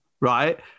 Right